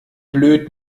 blöd